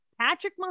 Patrick